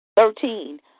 thirteen